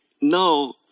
No